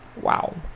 Wow